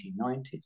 1990s